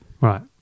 Right